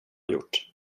gjort